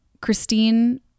Christine